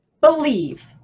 believe